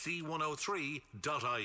C103.ie